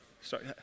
Sorry